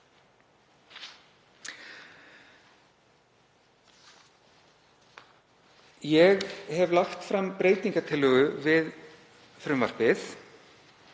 Ég hef lagt fram breytingartillögu við frumvarpið